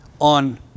on